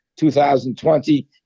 2020